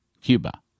Cuba